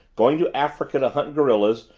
going to africa to hunt gorillas,